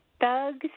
thugs